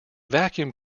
vacuum